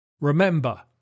Remember